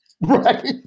Right